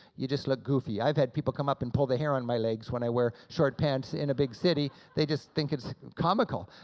you just look goofy. i've had people come up and pull the hair on my legs when i wear short pants in a big city, they just think it's comical.